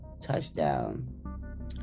touchdown